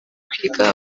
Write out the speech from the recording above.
kwiga